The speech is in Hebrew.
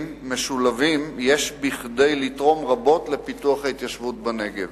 משולבים יש כדי לתרום רבות לפיתוח ההתיישבות בנגב,